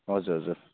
हजुर हजुर